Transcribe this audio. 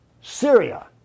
Syria